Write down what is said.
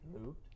moved